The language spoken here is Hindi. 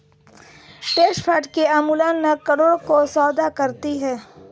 ट्रस्ट फंड्स अमूमन करोड़ों का सौदा करती हैं